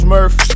Murph